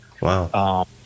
wow